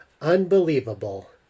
Unbelievable